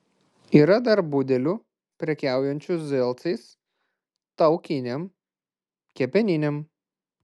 yra dar būdelių prekiaujančių zelcais taukinėm kepeninėm